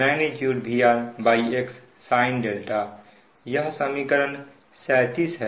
x sin यह समीकरण 37 है